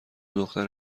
دختر